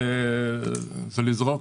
זה רכב